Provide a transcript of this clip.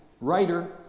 writer